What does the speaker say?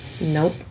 Nope